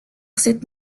cette